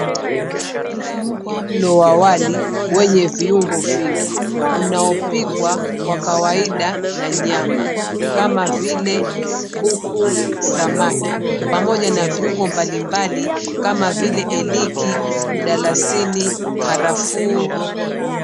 Pilau ni mlo wa wali wenye viungo vingi unaopikwa kwa kawaida na nyama kama vile kuku, samaki pamoja na viungo mbalimbali kama vile iliki, mdalasini, karafuu.